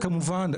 כמובן,